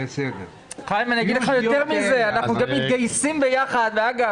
אנחנו כן מגיעים לדיונים.